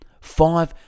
Five